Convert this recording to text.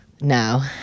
No